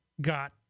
got